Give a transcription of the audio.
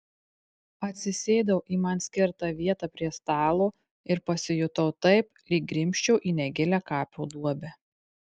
atsisėdau į man skirtą vietą prie stalo ir pasijutau taip lyg grimzčiau į negilią kapo duobę